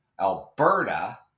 Alberta